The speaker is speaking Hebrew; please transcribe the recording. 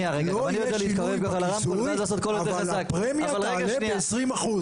לא יהיה שינוי בכיסוי, אבל הפרמיה תעלה ב-20%.